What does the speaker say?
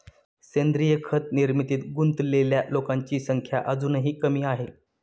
सेंद्रीय खत निर्मितीत गुंतलेल्या लोकांची संख्या अजूनही कमी आहे